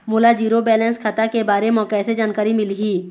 मोला zero balance खाता के बारे म कैसे जानकारी मिलही?